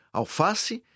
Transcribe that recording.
alface